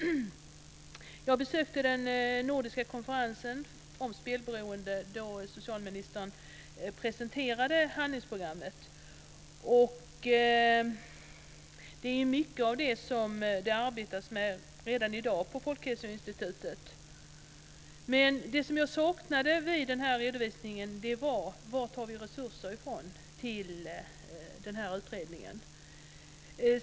Jag besökte den nordiska konferensen om spelberoende där socialministern presenterade handlingsprogrammet. Det är mycket av detta som man arbetar med redan i dag på Folkhälsoinstitutet. Men det som jag saknade i redovisningen var besked om varifrån vi tar resurser till den här utredningen.